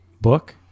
book